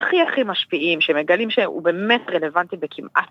הכי הכי משפיעים שמגלים שהוא באמת רלוונטי בכמעט